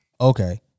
Okay